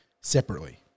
separately